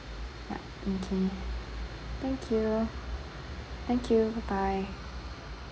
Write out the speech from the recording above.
yup okay thank you thank you bye bye